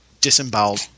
disemboweled